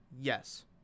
yes